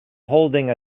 holding